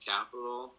Capital